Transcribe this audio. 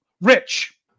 Rich